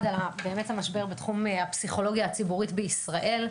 אחד באמת המשבר בתחום הפסיכולוגיה הציבורית בישראל,